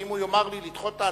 ואם הוא יאמר לי לדחות את ההצבעה,